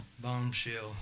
bombshell